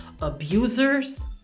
abusers